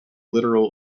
literal